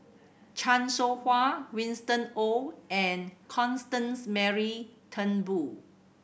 Chan Soh Ha Winston Oh and Constance Mary Turnbull